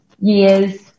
years